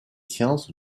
sciences